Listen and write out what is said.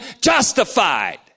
justified